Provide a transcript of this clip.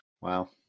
Wow